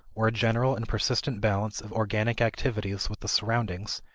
or a general and persistent balance of organic activities with the surroundings,